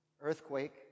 earthquake